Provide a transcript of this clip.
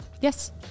yes